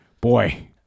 boy